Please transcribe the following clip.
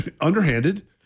Underhanded